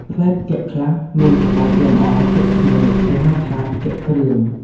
ផ្លែផ្គាក់ខ្លះមានក្បាច់លម្អទាក់ភ្នែក គេហៅថា "ផ្គាក់គ្រឿង" ។